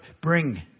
bring